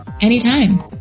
Anytime